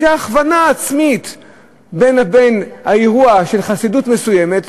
הייתה הכוונה עצמית בין האירוע של חסידות מסוימת,